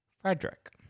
Frederick